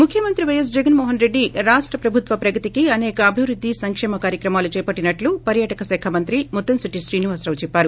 ముఖ్యమంత్రి పైఎస్ జగన్మోహన్రెడ్డి రాష్ట ప్రభుత్వ ప్రగతికి అనేక అభివృద్ది సంకేమ కార్యక్రమాల చేపట్టినట్లు పర్యాటక శాఖ మంత్రి ముత్తంశెట్టి శ్రీనివాసరావు చెప్పారు